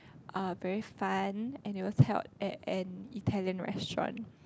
uh very fun and it was held at an Italian restaurant